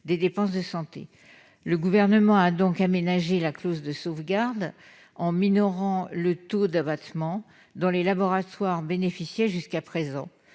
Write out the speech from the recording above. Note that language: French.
des dépenses de santé. Le Gouvernement a donc aménagé la clause de sauvegarde, en minorant le taux d'abattement dont les laboratoires bénéficiaient jusqu'à présent,